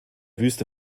wüste